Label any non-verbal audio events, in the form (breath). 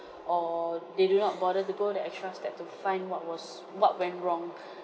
or they do not bother to go that extra step to find what was what went wrong (breath)